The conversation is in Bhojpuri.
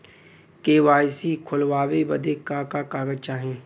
के.वाइ.सी खोलवावे बदे का का कागज चाही?